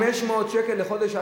לחודש, 500 שקל לחודש.